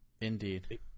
Indeed